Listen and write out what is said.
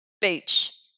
beach